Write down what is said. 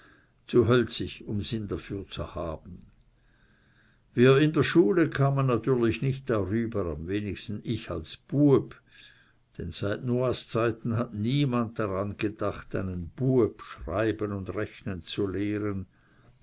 zu hölzig um sinn dafür zu haben wir in der schule kamen natürlich nicht darüber am wenigsten ich als bueb denn seit noahs zeiten hatte niemand daran gedacht einen bueb schreiben und rechnen zu lehren